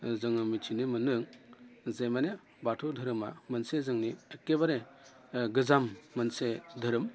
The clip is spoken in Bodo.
जोङो मिनथिनो मोनदों जे माने बाथौ धोरोमा मोनसे जोंनि एक्केबारे गोजाम मोनसे धोरोम